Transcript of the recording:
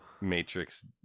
matrix